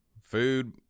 Food